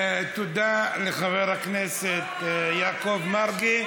תודה לחבר הכנסת יעקב מרגי.